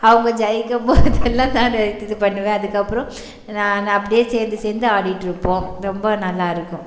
அவங்க ஜெயிக்கும்போதெல்லாம் நான் இது பண்ணுவேன் அதுக்கப்புறம் நான் நான் அப்படியே சேர்ந்து சேர்ந்து ஆடிட்டுருப்போம் ரொம்ப நல்லாயிருக்கும்